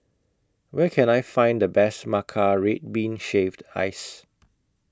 Where Can I Find The Best Matcha Red Bean Shaved Ice